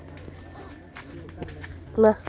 ᱢᱟᱜ